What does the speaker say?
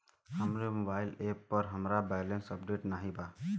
हमरे mobile app पर हमार बैलैंस अपडेट नाई बा